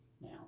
Now